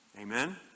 Amen